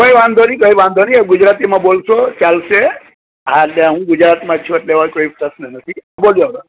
કંઈ વાંધો નહીં કંઈ વાંધો નહીં ગુજરાતીમાં બોલશો ચાલશે હા અલ્યા હું ગુજરાતમાં છું એટલે એવો કોઈ પ્રશ્ન નથી બોલજો હવે